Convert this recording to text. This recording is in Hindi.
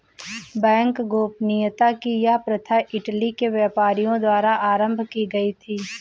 बैंक गोपनीयता की यह प्रथा इटली के व्यापारियों द्वारा आरम्भ की गयी थी